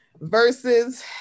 versus